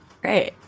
Great